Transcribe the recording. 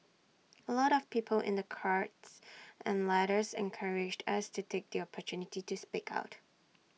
A lot of people in their cards and letters encouraged us to take the opportunity to speak out